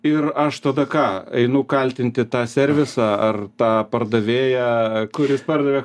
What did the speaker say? ir aš tada ką einu kaltinti tą servisą ar tą pardavėją kuris pardavė